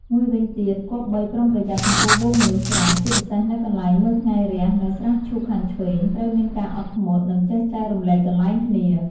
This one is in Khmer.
មួយវិញទៀតគប្បីប្រុងប្រយ័ត្នចំពោះហ្វូងមនុស្សច្រើន ជាពិសេសនៅកន្លែងមើលថ្ងៃរះនៅស្រះឈូកខាងឆ្វេង។ ត្រូវមានការអត់ធ្មត់ និងចេះចែករំលែកកន្លែងគ្នា។